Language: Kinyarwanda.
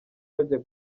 bajya